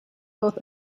both